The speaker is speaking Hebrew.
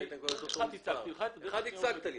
אחת הצגת לי.